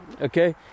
okay